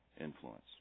influence